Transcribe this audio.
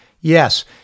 Yes